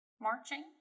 marching